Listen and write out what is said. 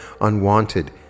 unwanted